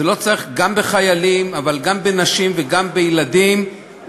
גם בחיילים אבל גם בנשים וגם בילדים,